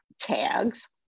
tags